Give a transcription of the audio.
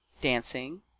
Dancing